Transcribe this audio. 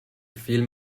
film